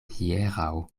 hieraŭ